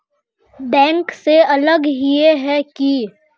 Bank से अलग हिये है की?